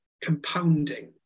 compounding